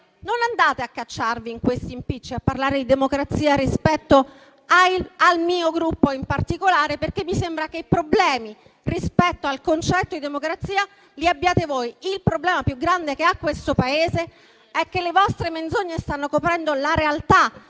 Non andate, allora, a cacciarvi in questi impicci, a parlare di democrazia rispetto al mio Gruppo in particolare, perché mi sembra che di problemi rispetto al concetto di democrazia ne abbiate voi. Il problema più grande che ha questo Paese è che le vostre menzogne stanno coprendo la realtà